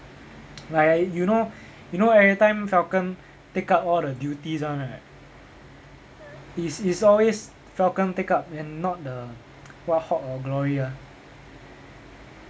like you know you know everytime falcon take up all the duties [one] right it's it's always falcon take up and not the what hawk or glory ah